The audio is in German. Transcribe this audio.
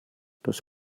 das